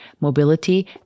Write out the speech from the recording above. mobility